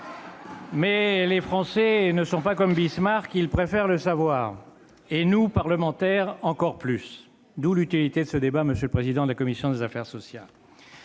Mais les Français ne sont pas comme Bismarck, ils préfèrent le savoir. Et nous, parlementaires, encore plus. D'où l'utilité de ce débat, monsieur le président de la commission des affaires sociales.